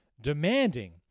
demanding